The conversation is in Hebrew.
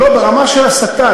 לא ברמה של הסתה,